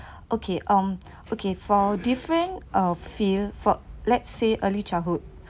okay um okay for different uh field for let's say early childhood